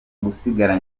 gusigara